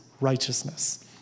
righteousness